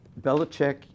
Belichick